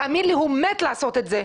תאמין לי, הוא מת לעשות את זה.